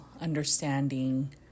understanding